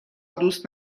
دوست